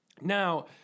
Now